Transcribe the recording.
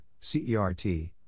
CERT